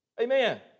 Amen